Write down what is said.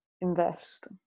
invest